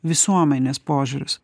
visuomenės požiūris